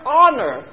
honor